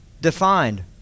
defined